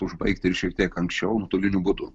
užbaigti ir šiek tiek anksčiau nuotoliniu būdu